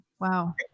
Wow